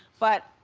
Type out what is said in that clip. but,